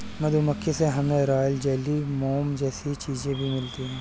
मधुमक्खी से हमे रॉयल जेली, मोम जैसी चीजे भी मिलती है